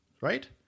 right